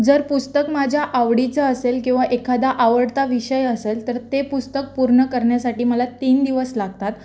जर पुस्तक माझ्या आवडीचं असेल किंवा एखादा आवडता विषय असेल तर ते पुस्तक पूर्ण करण्यासाठी मला तीन दिवस लागतात